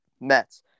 Mets